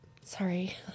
Sorry